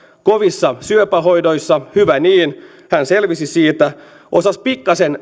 kovissa syöpähoidoissa hyvä niin hän selvisi siitä hän osasi pikkasen